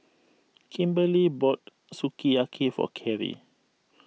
Kimberly bought Sukiyaki for Kerri